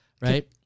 right